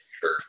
Sure